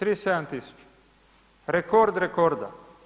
37 000, rekord rekorda.